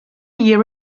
year